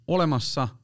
Olemassa